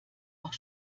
auch